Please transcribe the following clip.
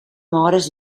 hores